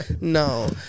No